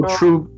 true